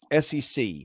SEC